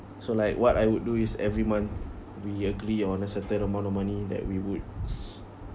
so like what I would do is every month we agree on a certain amount of money that we would